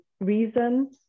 reason